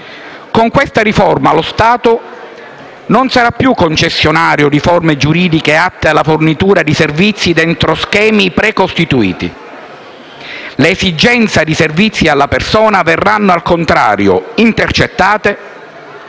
Con questa riforma, lo Stato non sarà più concessionario di forme giuridiche atte alla fornitura di servizi dentro schemi precostituiti. L'esigenza di servizi alla persona verrà, al contrario, intercettata,